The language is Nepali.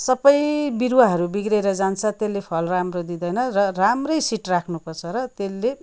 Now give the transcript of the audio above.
सबै बिरुवाहरू बिग्रेर जान्छ त्यसले फल राम्रो दिँदैन र राम्रै सिड राख्नुपर्छ र त्यसले